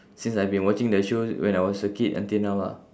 since I've been watching the show when I was a kid until now lah